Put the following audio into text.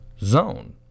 zone